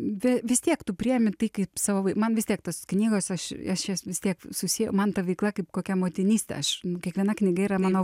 ve vis tiek tu priimi tai kaip savo man vis tiek tos knygos aš aš jas vis tiek susieju man ta veikla kaip kokia motinystė aš kiekviena knyga yra mano